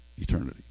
eternity